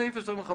הסתייגות 25: